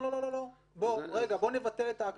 לא דיברתי דווקא על השלב הראשון.